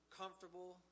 comfortable